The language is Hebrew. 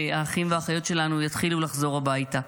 והאחים והאחיות שלנו יתחילו לחזור הביתה.